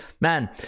Man